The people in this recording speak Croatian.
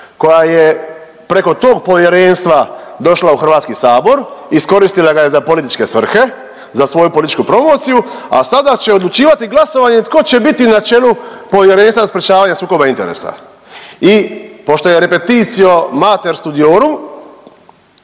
koja je preko tog povjerenstva došla u HS i iskoristila ga je za političke svrhe, za svoju političku promociju, a sada će odlučivati glasovanjem tko će biti na čelu Povjerenstva za sprječavanje sukoba interesa. I pošto je „repetitio mater studiorum“